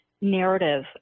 narrative